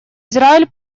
израиль